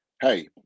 hey